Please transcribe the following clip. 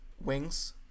wings